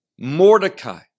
Mordecai